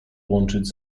łączyć